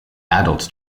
adult